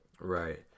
Right